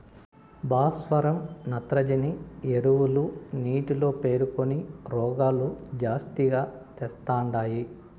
భాస్వరం నత్రజని ఎరువులు నీటిలో పేరుకొని రోగాలు జాస్తిగా తెస్తండాయి